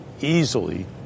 easily